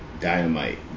Dynamite